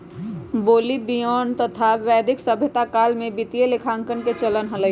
Babylonian तथा वैदिक सभ्यता काल में वित्तीय लेखांकन के चलन हलय